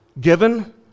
given